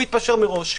יתפשר מראש.